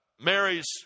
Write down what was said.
Mary's